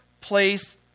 place